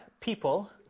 people